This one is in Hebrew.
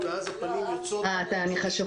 אנחנו עוסקים בפיתוח מענה מיוחד לתלמידים עם צרכים